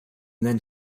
then